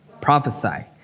prophesy